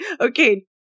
okay